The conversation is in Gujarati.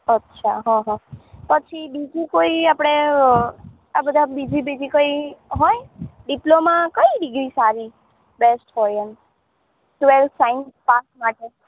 અચ્છા હા હા પછી બીજું કોઈ આપણે આ બધાં બીજી બીજી કંઈ હોય ડિપ્લોમા કઈ ડીગ્રી સારી બૅસ્ટ હોય એમ ટ્વેલ્થ સાયન્સ પાસ માટે